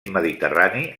mediterrani